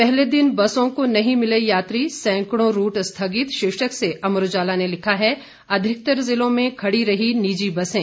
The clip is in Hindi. पहले दिन बसों को नहीं मिले यात्री सैकड़ों रूट स्थगित शीर्षक से अमर उजाला ने लिखा है अधिकतर जिलों में खड़ी रहीं निजी बसें